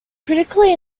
critically